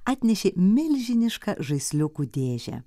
atnešė milžinišką žaisliukų dėžę